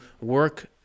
work